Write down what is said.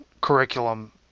curriculum